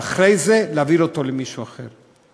ואחרי זה להעביר אותו למישהו אחר?